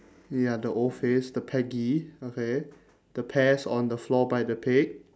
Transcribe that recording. ya the O face the peggy okay the pears on the floor by the pig